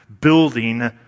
building